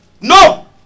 No